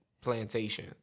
plantation